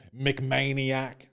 McManiac